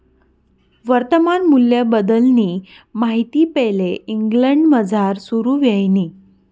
वर्तमान मूल्यबद्दलनी माहिती पैले इंग्लंडमझार सुरू व्हयनी